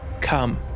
Come